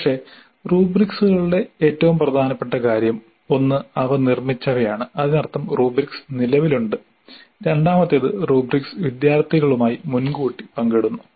പക്ഷേ റുബ്രിക്സ് കളുടെ ഏറ്റവും പ്രധാനപ്പെട്ട കാര്യം ഒന്ന് അവ നിർമ്മിച്ചവയാണ് അതിനർത്ഥം റുബ്രിക്സ് നിലവിലുണ്ട് രണ്ടാമത്തേത് റുബ്രിക്സ് വിദ്യാർത്ഥികളുമായി മുൻകൂട്ടി പങ്കിടുന്നു